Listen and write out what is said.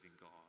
God